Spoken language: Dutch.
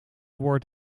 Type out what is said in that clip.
woord